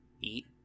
eat